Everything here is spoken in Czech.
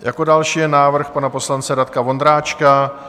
Jako další je návrh pana poslance Radka Vondráčka.